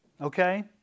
Okay